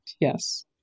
Yes